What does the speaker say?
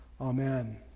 Amen